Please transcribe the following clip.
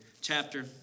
chapter